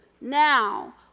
now